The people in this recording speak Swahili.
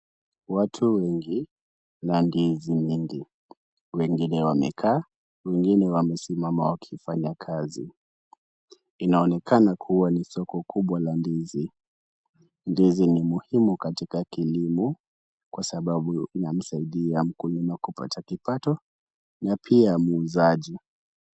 Watu wengi na ndizi nyingi. Wengine wamekaa, wengine wamesimama wakifanya kazi. Inaonekana kuwa ni soko kubwa la ndizi. Ndizi ni muhimu katika kilimo kwa sababu inamsaidia mkulima kupata kipato na pia muuzaji.